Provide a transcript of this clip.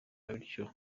bityo